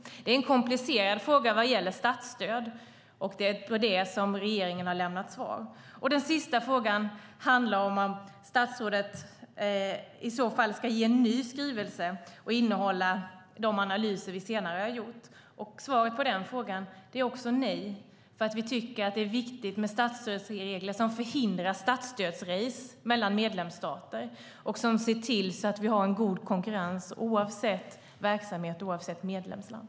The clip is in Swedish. Det är en komplicerad fråga när det gäller statsstöd och det är det som regeringen har lämnat svar på. Den sista frågan handlar om huruvida statsrådet i så fall ska komma med en ny skrivelse som innehåller de analyser vi senare har gjort. Svaret på den frågan är också nej. Vi tycker att det är viktigt med statsstödsregler som förhindrar statsstödsrace mellan medlemsstater och ser till att vi har en god konkurrens oavsett verksamhet och medlemsland.